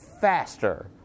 faster